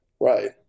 right